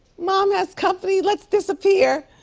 mom has company. let's disappear.